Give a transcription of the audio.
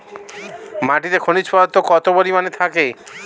মাটিতে খনিজ পদার্থ কত পরিমাণে থাকে?